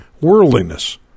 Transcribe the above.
worldliness